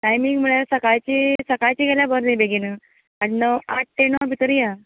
timing म्हळ्यार सकाळचीं सकाळचीं गेल्यार बरी न्ही बेगीन साडे णव आठ ते णव भितर या